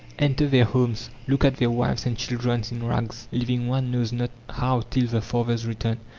enter their homes, look at their wives and children in rags, living one knows not how till the father's return,